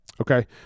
Okay